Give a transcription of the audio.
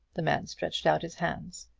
the man stretched out his hands.